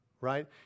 right